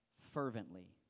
fervently